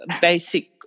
basic